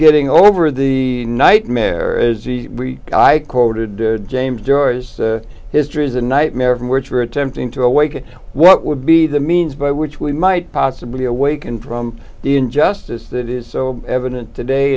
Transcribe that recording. getting over the nightmare is the i quoted james joyce history's a nightmare from which we're attempting to awaken what would be the means by which we might possibly awaken from the injustice that is so evident today